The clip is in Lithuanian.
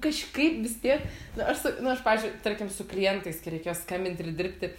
kažkaip vis tiek nu aš su nu aš pavyzdžiui tarkim su klientais kai reikėjo skambint ir dirbti